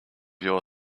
your